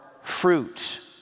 fruit